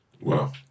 Wow